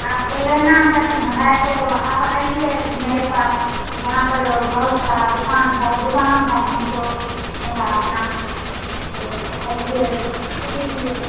आपको लेना पर है तो आप आइए मेरे पास यहाँ पर बहुत सारी दुकानें हैं गोदाम है हमको मेरा अपना तो आइए ले लीजिए